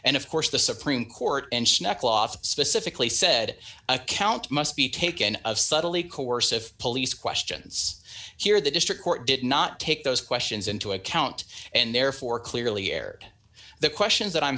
and of course the supreme court and neckcloth specifically said account must be taken of subtly coercive police questions here the district court did not take those questions into account and therefore clearly erred the questions that i'm